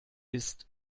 ist